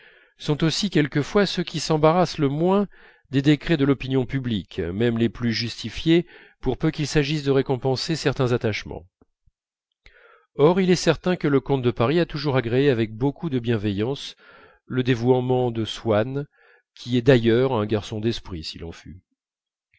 sont aussi quelquefois ceux qui s'embarrassent le moins des décrets de l'opinion publique même les plus justifiés pour peu qu'il s'agisse de récompenser certains attachements or il est certain que le comte de paris a toujours agréé avec beaucoup de bienveillance le dévouement de swann qui est d'ailleurs un garçon d'esprit s'il en fut